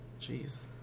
jeez